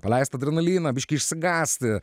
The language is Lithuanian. paleist adrenaliną biškį išsigąsti